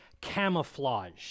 camouflage